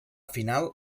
final